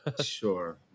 Sure